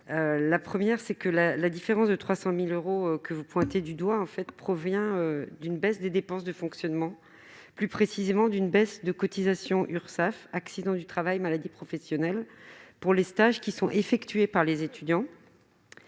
Premièrement, la différence de 300 000 euros que vous pointez du doigt provient d'une baisse des dépenses de fonctionnement, plus précisément d'une baisse des cotisations Urssaf accident du travail-maladie professionnelle pour les stages effectués par les étudiants,